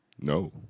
No